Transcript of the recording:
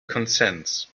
consents